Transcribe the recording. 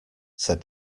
said